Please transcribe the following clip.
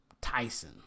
Tyson